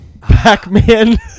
Pac-Man